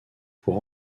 pour